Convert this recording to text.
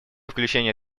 включения